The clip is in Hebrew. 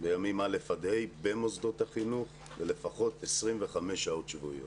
בימים א' עד ה' במוסדות החינוך ולפחות 25 שעות שבועיות.